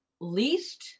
least